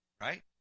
right